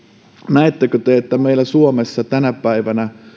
näettekö te että meillä suomessa tänä päivänä